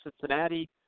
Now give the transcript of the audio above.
Cincinnati